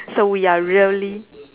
so we are really